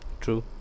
true